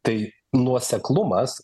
tai nuoseklumas